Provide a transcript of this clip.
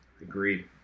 Agreed